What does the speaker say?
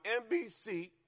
NBC